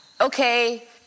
okay